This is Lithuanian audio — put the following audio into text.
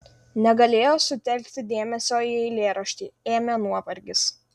negalėjo sutelkti dėmesio į eilėraštį ėmė nuovargis